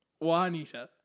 juanita